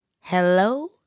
hello